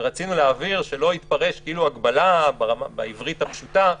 ורצינו להבהיר שלא יתפרש כאילו זו הגבלה בעברית הפשוטה.